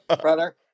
brother